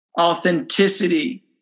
authenticity